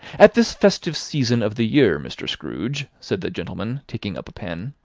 at this festive season of the year, mr. scrooge, said the gentleman, taking up a pen,